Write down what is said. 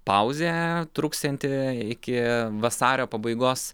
pauzė truksianti iki vasario pabaigos